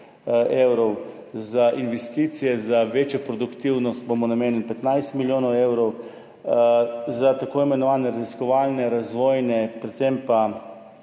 za investicije za večjo produktivnost bomo namenili 15 milijonov evrov, za tako imenovane raziskovalne, razvojne, predvsem pa